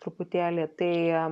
truputėlį tai